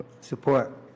Support